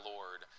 Lord